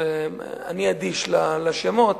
אני אדיש לשמות,